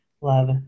Love